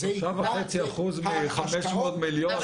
3.5% מ-500 מיליון,